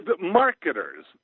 marketers